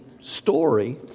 story